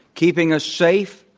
keeping us safe,